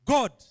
God